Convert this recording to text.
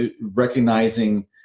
recognizing